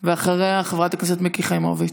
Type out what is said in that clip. ואחריה, חברת הכנסת מיקי חיימוביץ'.